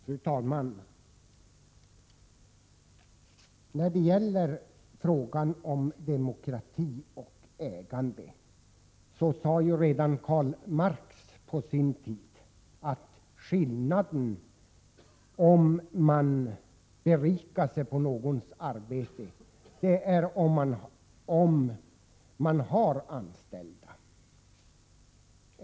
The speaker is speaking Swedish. Fru talman! I fråga om demokrati och ägande sade ju redan Karl Marx på sin tid att det som avgör om man berikar sig på någon annans arbete eller inte är om man har anställda.